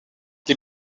les